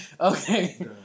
Okay